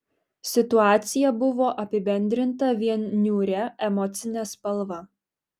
situacija buvo apibendrinta vien niūria emocine spalva